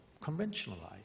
conventionalized